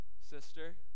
sister